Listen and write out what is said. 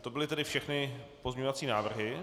To byly tedy všechny pozměňovací návrhy.